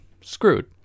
screwed